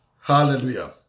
Hallelujah